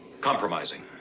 compromising